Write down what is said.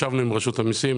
ישבנו עם רשות המיסים,